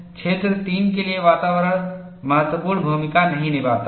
क्षेत्र 3 के लिए वातावरण महत्वपूर्ण भूमिका नहीं निभाता है